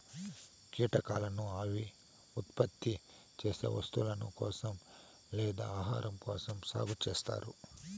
కీటకాలను అవి ఉత్పత్తి చేసే వస్తువుల కోసం లేదా ఆహారం కోసం సాగు చేత్తారు